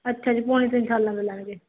ਅੱਛਾ ਜੀ ਪੌਣੇ ਤਿੰਨ ਸਾਲਾਂ ਦਾ ਲੱਗ ਜੇ